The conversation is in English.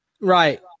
Right